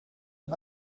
und